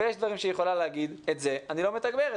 ויש דברים שהיא יכולה להגיד 'את זה אני לא מתגברת'.